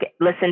listen